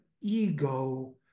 ego